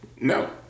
no